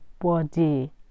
body